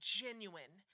genuine